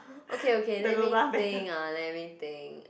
okay okay let me think ah let me think